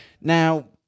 Now